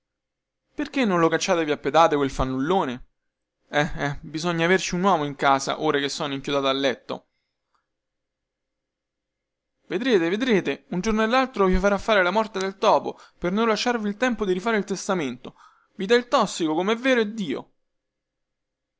perchè non lo cacciate via a pedate quel fannullone eh eh bisogna averci un uomo in casa ora che sono inchiodato al letto vedrete vedrete un giorno o laltro vi fa fare la morte del topo per non lasciarvi il tempo di rifare il testamento vi dà il tossico comè vero dio